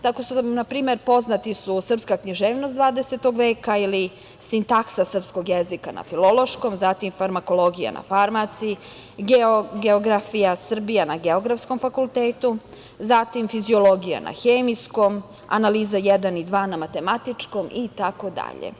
Tako su nam na primer poznati srpska književnost 20. veka ili sintaksa srpskog jezika na Filološkom, zatim farmakologija na Farmaciji, geografija, Srbija na Geografskom fakultetu, zatim fiziologija na Hemijskom, analiza jedan i dva na Matematičkom itd.